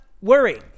worry